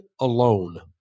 alone